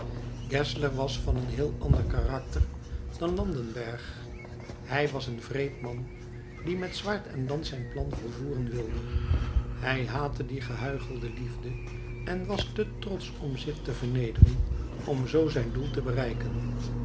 was van een heel ander karakter dan landenberg hij was een wreed man die met zwaard en lans zijn plan volvoeren wilde hij haatte die gehuichelde liefde en was te trotsch om zich te vernederen om zoo zijn doel te bereiken